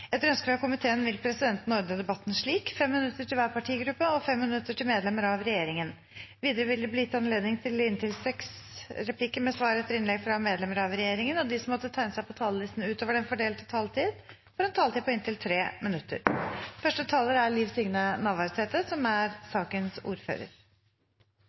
vil presidenten ordne debatten slik: 5 minutter til hver partigruppe og 5 minutter til medlemmer av regjeringen. Videre vil det – innenfor den fordelte taletid – bli gitt anledning til inntil seks replikker med svar etter innlegg fra medlemmer av regjeringen, og de som måtte tegne seg på talerlisten utover den fordelte taletid, får en taletid på inntil 3 minutter.